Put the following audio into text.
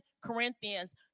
Corinthians